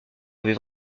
avait